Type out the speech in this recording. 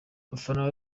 abafana